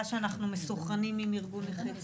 כשאנחנו מסונכרים עם ארגון נכי צה"ל.